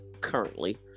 currently